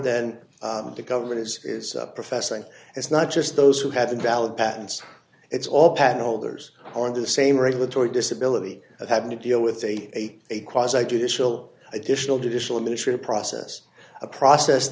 than the government is is professing it's not just those who had valid patents it's all patent holders are in the same regulatory disability of having to deal with say a cross eyed judicial additional divisional administrative process a process